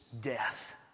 death